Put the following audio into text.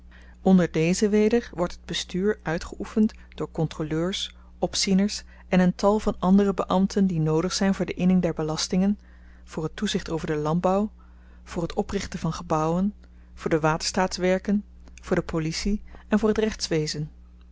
onder dezen weder wordt het bestuur uitgeoefend door kontroleurs opzieners en een tal van andere beambten die noodig zyn voor de inning der belastingen voor het toezicht over den landbouw voor het oprichten van gebouwen voor de waterstaats werken voor de policie en voor het